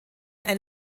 ein